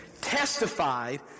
testified